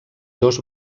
dos